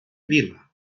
vila